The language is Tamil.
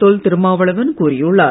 தொல் திருமாவளவன் கூறியுள்ளார்